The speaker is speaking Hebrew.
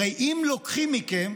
הרי אם לוקחים מכם,